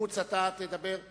מוץ, אתה תדבר מהמקום.